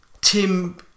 Tim